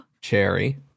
Cherry